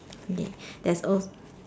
okay that's all